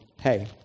hey